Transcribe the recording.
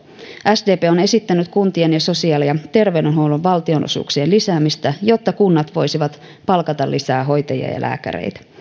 sdp on esittänyt kuntien sosiaali ja terveydenhuollon valtionosuuksien lisäämistä jotta kunnat voisivat palkata lisää hoitajia ja lääkäreitä